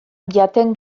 jaten